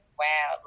wow